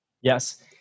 Yes